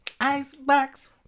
Icebox